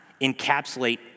encapsulate